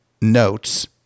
notes